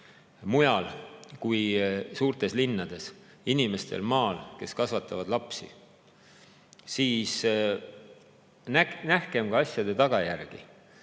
mujal kui suurtes linnades, inimestel maal, kes kasvatavad lapsi, siis nähkem ka asjade tagajärgi.